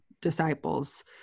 disciples